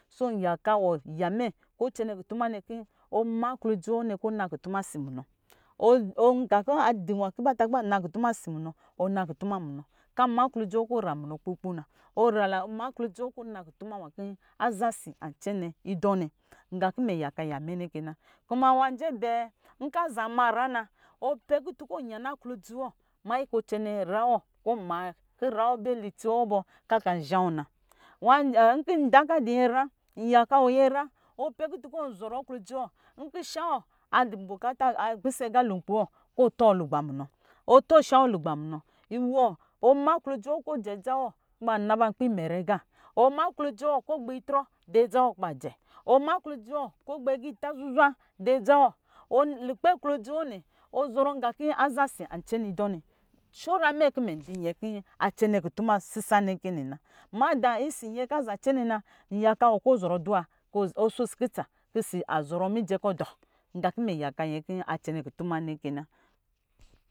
So nyaka wɔ yamɛ kɔ ɔ cɛnɛ kutuma nɛ ɔme aklodzi wɔnɛ kɔ na kutuma si munɔ ɔna kutuma munɔ kan ma aklodzi wɔ kɔ ramunɔ kpo kpo na ma aklodzi wɔ kɔ na kutuma nwa kɔ aza si an cɛnɛ idɔ na nqa kɔ ma yaka ya mɛ nɛ kɛ na. Kuma nwa a sɛ bɛɛ nkaza mara na pɛkutu kɔnyana aklodzi wɔ manyi kɔ ɔcɛnɛ ra wɔ kɔ ma kɔ rawɔ bɛ la itsiwɔ kɔ akan shawɔ na idan kɔ adɔ nyɛra h yana wɔ nyɛra ɔpɛ. Kutu kɔ n zɔrɔ aklodzi wɔ nkɔ shawɔ a dɔ mbokata kɔ tɔ lugba munɔ nɛ tɔ sha wɔ lugba munɔ nɛ tɔ shawɔ lugba munɔ iwɔ ɔ ma aklodzi wɔ kɔ jɛ adza wɔ kɔ ba na nkpi mɛrɛ aqa ɔma aklodzi wɔ kɔ gbɛ idrɔ dɔ adza wɔ kɔ ba jɛ ɔma aklodzi wɔ kɔ ɔgbɛ agita zuzwa di adza wɔ lukpɛ aklodzi wɔ nɛ zɔrɔ nqakɔ aza si a yana nɛ shɔra mɛ k ndɔ nyɛ kɔ a cɛnɛ kutuma sisa nɛ ka na ka nyɛ ka za cɛnɛ na nyɛka kɔ zɔrɔ aduwa ɔ sho osi kutsa kɔ zɔrɔ mijɛ kɔ dɔ nqa kɔ mɛ yaka nyɛ ka za cɛnɛ kutuma naka na